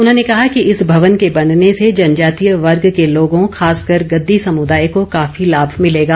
उन्होंने कहा कि इस भवन के बनने से जनजातीय वर्ग के लोगों खासकर गददी समुदाय को काफी लाभ भिलेगा